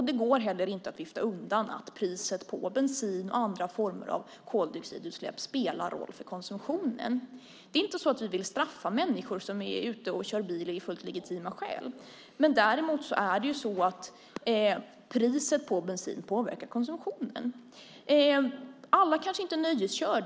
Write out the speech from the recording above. Det går inte heller att vifta undan att priset på bensin och olika former av koldioxidutsläpp spelar roll för konsumtionen. Det är inte så att vi vill straffa människor som är ute och kör bil av fullt legitima skäl. Däremot påverkar priset på bensinen konsumtionen. Alla kanske inte nöjeskör.